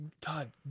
Todd